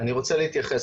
אני רוצה להתייחס.